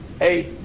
eight